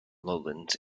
lowlands